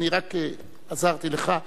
אני רק עזרתי לך,